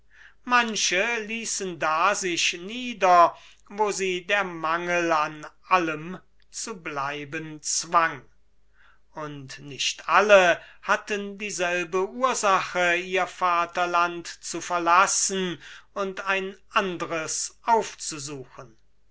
manche ließen da sich nieder wo sie der mangel an allem zu bleiben zwang und nicht alle hatten dieselbe ursache ihr vaterland zu verlassen und aufzusuchen